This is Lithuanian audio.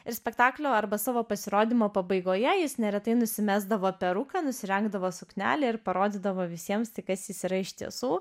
ir spektaklio arba savo pasirodymo pabaigoje jis neretai nusimesdavo peruką nusirengdavo suknelę ir parodydavo visiems tai kas yra iš tiesų